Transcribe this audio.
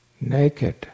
naked